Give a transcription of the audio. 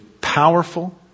powerful